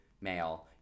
male